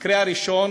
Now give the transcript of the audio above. המקרה הראשון,